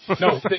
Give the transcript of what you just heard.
No